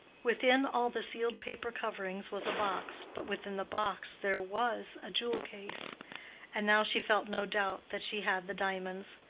within all the sealed paper coverings was a box, but within the box there was a jewel-case and now she felt no doubt that she had the diamonds.